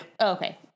Okay